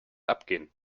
abgehen